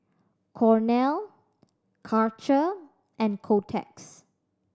Cornell Karcher and Kotex